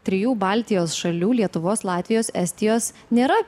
trijų baltijos šalių lietuvos latvijos estijos nėra